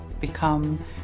become